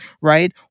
right